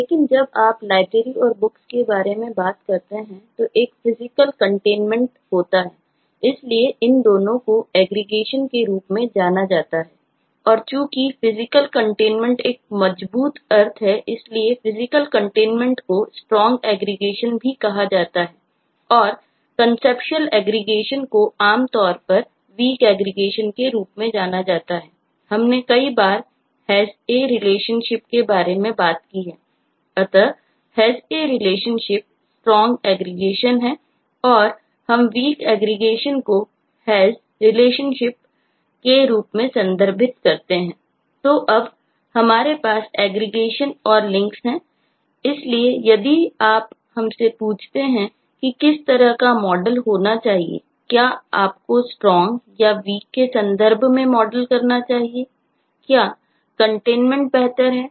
लेकिन जब आप Library और Books के बारे में बात करते हैं तो एक फिजिकल कंटेनमेंट के रूप में संदर्भित करते हैं